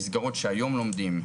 וכל המסגרות שהיום לומדים,